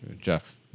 Jeff